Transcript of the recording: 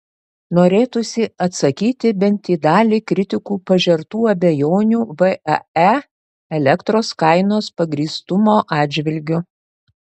norėtųsi atsakyti bent į dalį kritikų pažertų abejonių vae elektros kainos pagrįstumo atžvilgiu